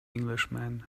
englishman